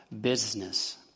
business